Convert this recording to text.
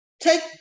take